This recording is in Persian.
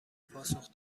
پاسخ